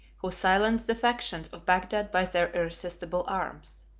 who silenced the factions of bagdad by their irresistible arms.